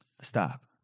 stop